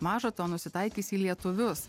maža to nusitaikys į lietuvius